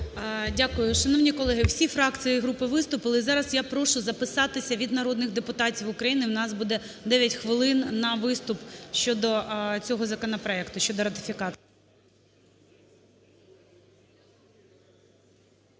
Дякую. Шановні колеги, всі фракції і групи виступили. І зараз я прошу записатися від народних депутатів України, у нас буде 9 хвилин на виступ щодо цього законопроекту, щодо ратифікації.